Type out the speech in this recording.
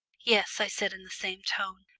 yes, i said in the same tone,